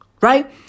right